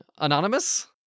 anonymous